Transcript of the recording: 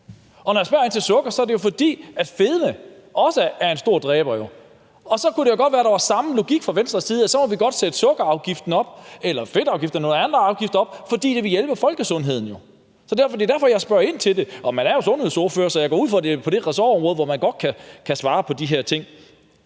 Når jeg spørger ind til sukker, er det jo, fordi fedme også er en store dræber, og så kunne det jo godt være, at der var samme logik fra Venstres side, i forhold til at så må vi godt sætte sukkerafgiften eller fedtafgiften eller nogle andre afgifter op, fordi det vil hjælpe folkesundheden. Det er derfor, jeg spørger ind til det. Og man er jo sundhedsordfører, så jeg går ud fra, at det er på et ressortområde, hvor man godt kan svare på de her ting.